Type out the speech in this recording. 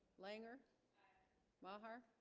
langer maher